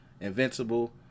invincible